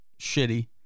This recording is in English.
shitty